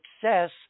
success